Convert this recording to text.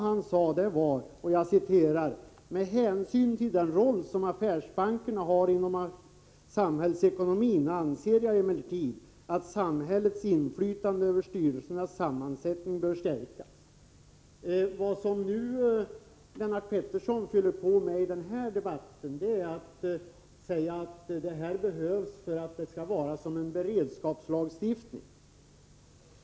Det enda som i det här avseendet sägs i propositionen är följande: Med hänsyn till den roll som affärsbankerna har inom samhällsekonomin anser jag emellertid att samhällets inflytande över styrelsernas sammansättning bör stärkas. Vad Lennart Pettersson har att tillägga är att det här systemet behövs. Det skall fungera som en beredskapslagstiftning.